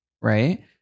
Right